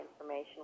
information